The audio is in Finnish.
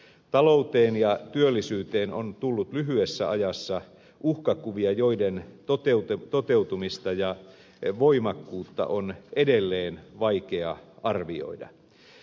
talouteen ja työllisyyteen on tullut lyhyessä ajassa uhkakuvia joiden toteutumista ja voimakkuutta on edelleen vaikea arvioida